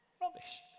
Rubbish